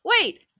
wait